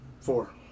Four